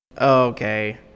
Okay